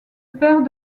père